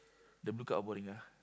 the blue card all boring ah